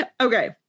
Okay